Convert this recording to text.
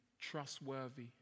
trustworthy